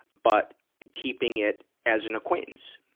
but keeping it as an acquaintance.